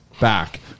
Back